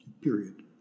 Period